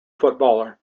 footballer